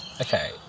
Okay